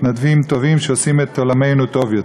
מתנדבים טובים שעושים את עולמנו טוב יותר.